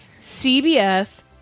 CBS